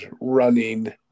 running